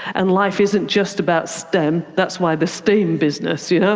and life isn't just about stem, that's why the steam business, you know?